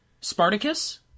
Spartacus